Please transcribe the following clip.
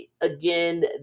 again